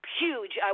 huge